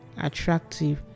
attractive